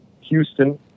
Houston